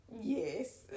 Yes